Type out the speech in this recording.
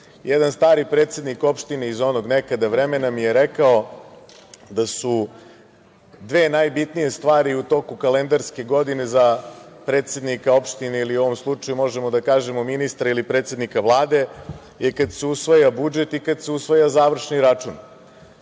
stari predsednik opštine iz onog nekada vremena mi je rekao da su dve najbitnije stvari u toku kalendarske godine za predsednika opštine ili u ovom slučaju možemo da kažemo ministra ili predsednika Vlade, je kad se usvaja budžet i kad se usvaja završni račun. Srbija